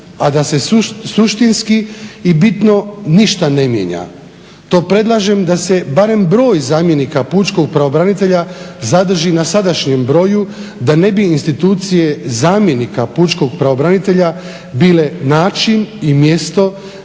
a da se suštinski i bitno ništa ne mijenja. To predlažem da se barem broj zamjenika pučkog pravobranitelja zadrži na sadašnjem broju da ne bi institucije zamjenika pučkog pravobranitelja bile način i mjesto